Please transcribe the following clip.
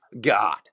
God